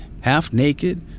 half-naked